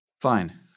Fine